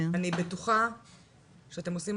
אני בטוחה שאתם עושים